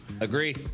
agree